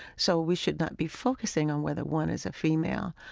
so we should not be focusing on whether one is a female